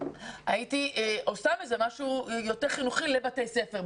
הייתי מדברת על איך לעשות את זה משהו שהוא יותר חינוכי בבתי הספר.